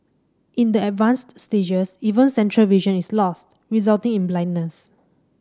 in the advanced stages even central vision is lost resulting in blindness